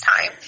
time